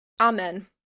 Amen